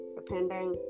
depending